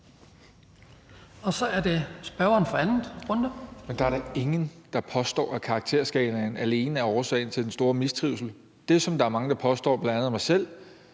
Så er det spørgeren for anden runde. Kl. 17:50 Jacob Mark (SF): Der er da ingen, der påstår, at karakterskalaen alene er årsagen til den store mistrivsel. Det, som der er mange der påstår – bl.a. mig selv